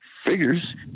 figures